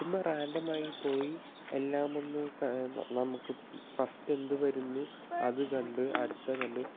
ചുമ്മാ റാണ്ടമായി പോയി എല്ലാം ഒന്നു നമ്മൾക്ക് ഫസ്റ്റെ് എന്തു വരുന്നു അതു കണ്ട് അടുത്ത കണ്ട്